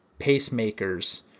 pacemakers